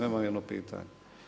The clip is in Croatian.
Imam jedno pitanje.